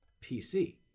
PC